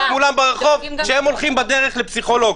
מולם ברחוב כשהם הולכים בדרך לפסיכולוג?